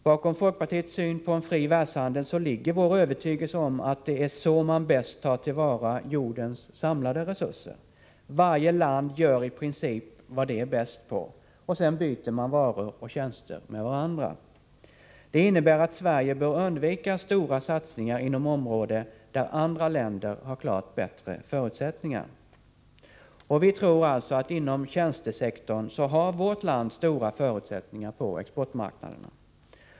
Bakom folkpartiets syn på en fri världshandel ligger vår övertygelse om att det är så man bäst tar till vara jordens samlade resurser. Varje land gör i princip vad det är bäst på. Sedan byter man varor och tjänster med varandra. Detta innebär att Sverige bör undvika stora satsningar inom områden där andra länder har klart bättre förutsättningar. Vi tror alltså att vårt land inom tjänstesektorn har stora förutsättningar på exportmarknaderna.